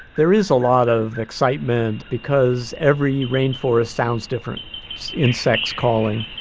there is a lot of excitement because every rainforest sounds different insects calling,